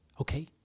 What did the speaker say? Okay